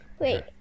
wait